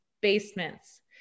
basements